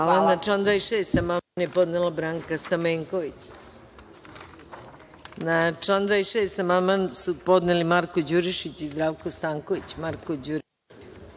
Hvala.